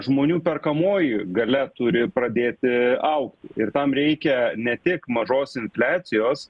žmonių perkamoji galia turi pradėti augt ir tam reikia ne tik mažos infliacijos